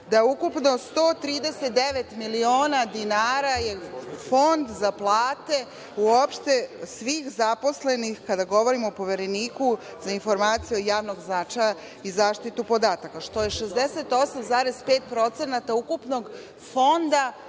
da ukupno 139 miliona dinara je Fond za plate uopšte svih zaposlenih, kada govorimo o Povereniku za informacije od javnog značaja i zaštitu podataka, što je 68,5% ukupnog fonda